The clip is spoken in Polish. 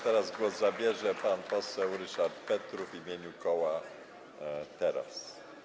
Teraz głos zabierze pan poseł Ryszard Petru w imieniu koła Teraz!